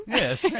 Yes